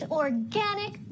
organic